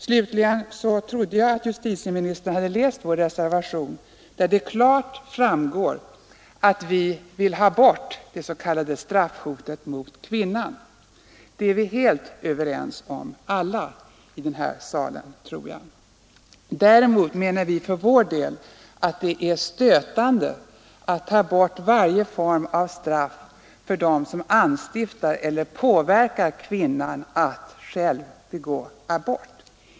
Slutligen trodde jag att justitieministern hade läst vår reservation, där det klart framgår att vi vill ha bort det s.k. straffhotet mot kvinnan. Det är alla i den här kammaren helt överens om, tror jag. Däremot menar vi att det är stötande att ta bort varje form av straff för dem som anstiftar abort eller påverkar kvinnan till att själv begå abort.